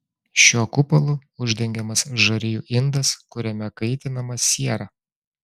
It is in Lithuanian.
šiuo kupolu uždengiamas žarijų indas kuriame kaitinama siera